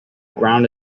ground